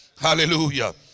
Hallelujah